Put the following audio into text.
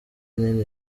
nini